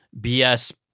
BS